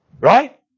Right